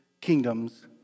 kingdoms